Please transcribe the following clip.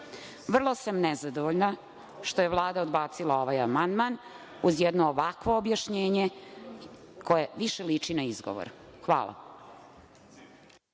sam nezadovoljna što je Vlada odbacila ovaj amandman uz jedno ovakvo objašnjenje koje više liči na izgovor. Hvala.